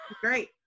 great